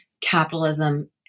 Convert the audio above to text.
capitalism